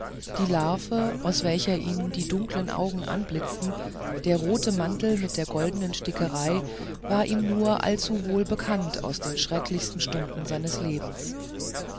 die larve aus welcher ihn die dunkeln augen anblitzten der rote mantel mit der goldenen stickerei war ihm nur allzu wohl bekannt aus den schrecklichsten stunden seines lebens